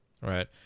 Right